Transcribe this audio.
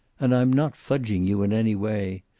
and i'm not fudging you in any way.